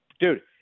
Dude